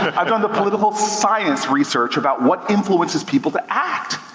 i've done the political science research about what influences people to act.